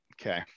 Okay